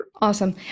Awesome